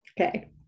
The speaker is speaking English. Okay